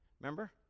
Remember